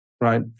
right